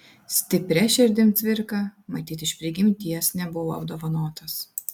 stipria širdim cvirka matyt iš prigimties nebuvo apdovanotas